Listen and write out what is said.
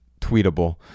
tweetable